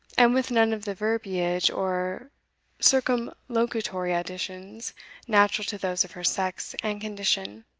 and with none of the verbiage or circumlocutory additions natural to those of her sex and condition.